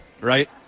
right